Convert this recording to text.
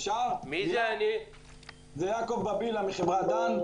אני מחברת דן.